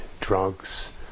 drugs